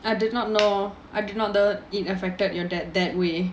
I did not know I do not know it affected your dad that way